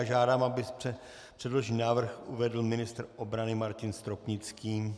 Žádám, aby předložený návrh uvedl ministr obrany Martin Stropnický.